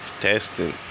testing